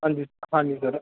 ਹਾਂਜੀ ਹਾਂਜੀ ਸਰ